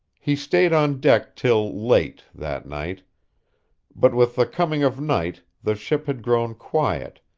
he stayed on deck till late, that night but with the coming of night the ship had grown quiet,